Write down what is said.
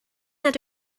nad